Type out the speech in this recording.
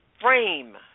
frame